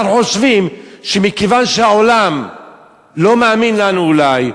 אנחנו חושבים שמכיוון שהעולם לא מאמין לנו אולי,